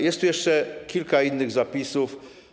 Jest tu jeszcze kilka innych zapisów.